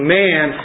man